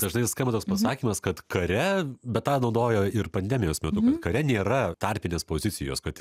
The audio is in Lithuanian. dažnai skamba toks pasakymas kad kare bet tą naudojo ir pandemijos metu kad kare nėra tarpinės pozicijos kad